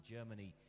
Germany